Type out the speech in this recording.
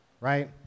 right